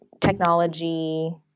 technology